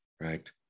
right